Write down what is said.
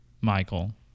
Michael